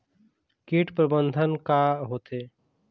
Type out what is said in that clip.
कीट प्रबंधन का होथे?